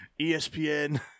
ESPN